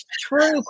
true